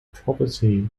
property